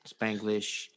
Spanglish